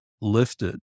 lifted